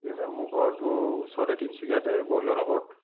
ঠিক আছে মোৰ ঘৰটো ওচৰতে তিনিচুকীয়াতে বৰদলৈ নগৰত